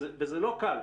וזה לא קל.